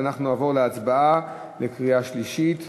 ונעבור להצבעה בקריאה שלישית.